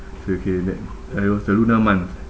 so okay then uh it was a lunar month